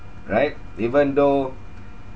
right even though